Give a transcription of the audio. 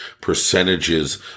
percentages